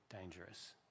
dangerous